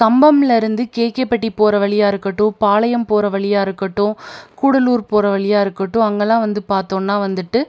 கம்பம்லிருந்து கேகேப்பட்டி போகிற வழியா இருக்கட்டும் பாளையம் போகிற வழியா இருக்கட்டும் கூடலூர் போகிற வழியா இருக்கட்டும் அங்கெல்லாம் வந்து பார்த்தோன்னா வந்துட்டு